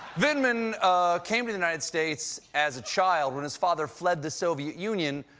vindman came to the united states as a child when his father fled the soviet union,